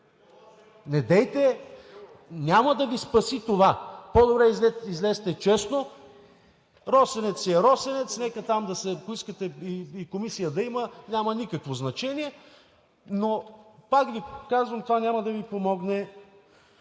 Недейте, няма да Ви спаси това! По-добре излезте честно! „Росенец“ си е „Росенец“, нека там, ако искате и комисия да има, няма никакво значение. Но пак Ви казвам – това няма да Ви помогне